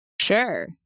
Sure